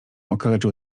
okaleczył